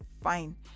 fine